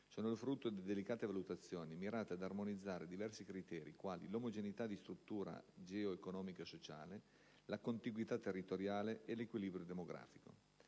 sono il frutto di delicate valutazioni mirate ad armonizzare diversi criteri quali l'omogeneità di struttura geo-economico-sociale, la contiguità territoriale e l'equilibrio demografico.